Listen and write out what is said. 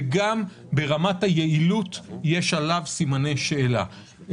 וגם ברמת היעילות יש עליו סימני שאלה.